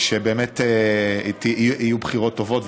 ושבאמת יהיו בחירות טובות,